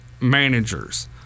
managers